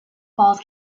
falls